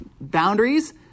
boundaries